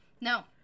No